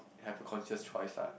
you have to consider it twice ah